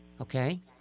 okay